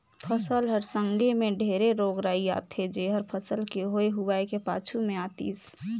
फसल हर संघे मे ढेरे रोग राई आथे जेहर फसल के होए हुवाए के पाछू मे आतिस